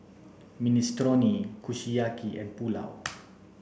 Minestrone Kushiyaki and Pulao